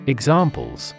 Examples